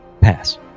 pass